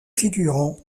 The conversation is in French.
figurant